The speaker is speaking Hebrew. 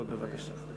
בבקשה.